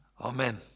Amen